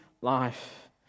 life